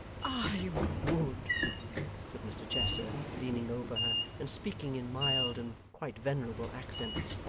i would said mr chester, leaning over her, and speaking in mild and quite venerable accents